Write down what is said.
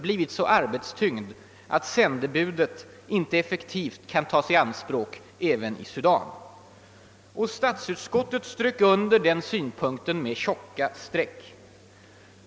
.. blivit så arbetstyngd att sändebudet... inte effektivt kan tas i anspråk även i Sudan.» Och statsutskottet strök under den synpunkten med tjocka streck.